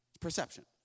Perception